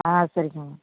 ஆ சரி மேம்